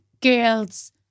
girls